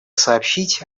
сообщить